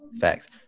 facts